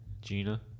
Gina